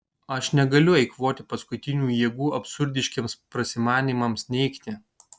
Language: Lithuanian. aš negaliu eikvoti paskutinių jėgų absurdiškiems prasimanymams neigti